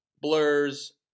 Blurs